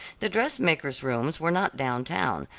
the dressmaker's rooms were not down town,